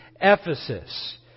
Ephesus